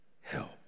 help